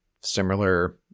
similar